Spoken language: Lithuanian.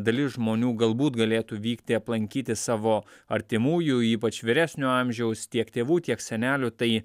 dalis žmonių galbūt galėtų vykti aplankyti savo artimųjų ypač vyresnio amžiaus tiek tėvų tiek senelių tai